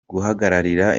guhagarira